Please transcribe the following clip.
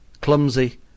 clumsy